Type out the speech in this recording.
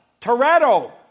Toretto